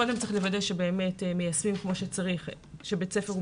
קודם צריך לוודא שבאמת מיישמים כמו שצריך שבית ספר הוא